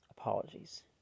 Apologies